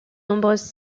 nombreuses